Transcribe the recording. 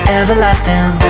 everlasting